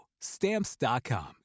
Stamps.com